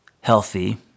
healthy